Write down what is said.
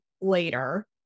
later